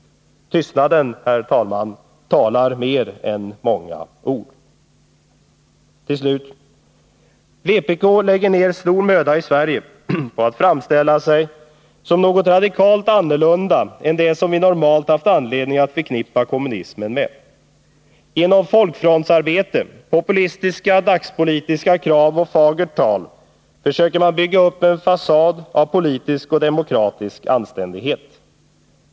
Tystnaden, herr talman, talar mer än många ord. Till sist. Vpk lägger i Sverige ned stor möda på att framställa sig som något radikalt annorlunda än det som vi normalt har haft anledning att förknippa kommunismen med. Genom folkfrontsarbete, populistiska dagspolitiska krav och fagert tal försöker man bygga upp en fasad av politisk och demokratisk anständighet.